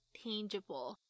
tangible